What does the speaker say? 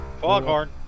Foghorn